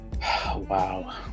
wow